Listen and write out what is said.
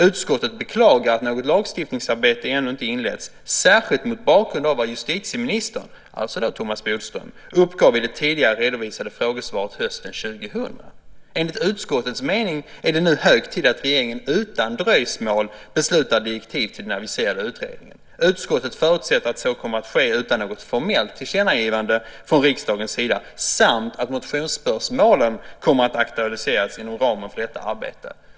Utskottet beklagar att något lagstiftningsarbete ännu inte inletts, särskilt mot bakgrund av vad justitieministern" - det vill säga Thomas Bodström - "uppgav i det tidigare redovisade frågesvaret hösten 2000. Enligt utskottets mening är det nu hög tid att regeringen utan dröjsmål beslutar direktiv till den aviserade utredningen. Utskottet förutsätter att så kommer att ske utan något formellt tillkännagivande från riksdagens sida samt att motionsspörsmålen kommer att aktualiseras inom ramen för detta arbete.